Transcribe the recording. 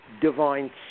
divine